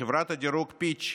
חברת הדירוג פיץ'